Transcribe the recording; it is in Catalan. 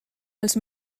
els